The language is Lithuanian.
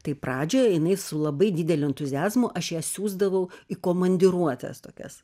tai pradžioj jinai su labai dideliu entuziazmu aš ją siųsdavau į komandiruotes tokias